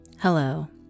Hello